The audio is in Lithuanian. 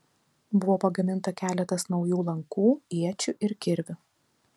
buvo pagaminta keletas naujų lankų iečių ir kirvių